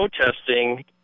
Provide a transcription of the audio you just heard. protesting